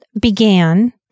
began